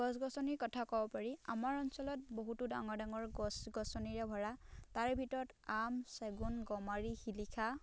গছ গছনিৰ কথা ক'ব পাৰি আমাৰ অঞ্চলত বহুতো ডাঙৰ ডাঙৰ গছ গছনিৰে ভৰা তাৰে ভিতৰত আম চেগুণ গমাৰি শিলিখা